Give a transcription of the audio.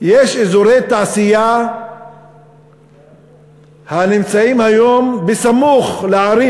יש אזורי תעשייה הנמצאים היום בסמוך לערים